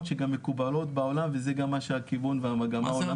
שמקובלות בעולם וזה גם מה הכיוון והמגמה העולמית.